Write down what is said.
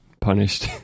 punished